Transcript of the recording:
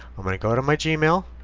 i'm going to go to my gmail.